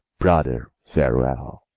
brother, farewell.